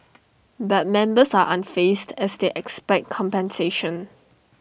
but members are unfazed as they expect compensation